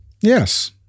Yes